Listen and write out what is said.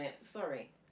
sorry